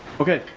okay,